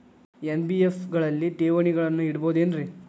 NBFC ಗಳಲ್ಲಿ ಠೇವಣಿಗಳನ್ನು ಇಡಬಹುದೇನ್ರಿ?